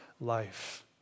life